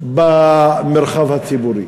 במרחב הציבורי.